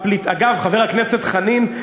חבר הכנסת חנין,